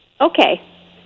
Okay